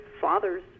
father's